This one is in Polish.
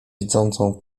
widzącą